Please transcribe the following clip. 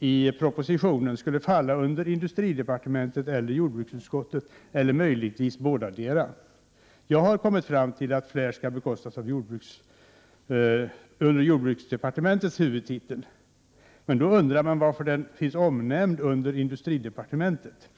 i propositionen, skulle falla under industridepartementet eller jordbruksutskottet eller möjligen båda. Jag har kommit fram till att FLAIR skall bekostas under jordbruksdepartementets huvudtitel, men då undrar man varför det tas upp under industridepartementet.